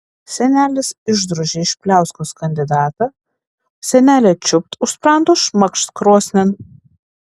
senelis išdrožė iš pliauskos kandidatą senelė čiūpt už sprando šmakšt krosnin